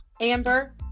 Amber